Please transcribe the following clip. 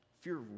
Fear